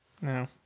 No